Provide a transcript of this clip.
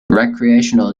recreational